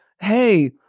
hey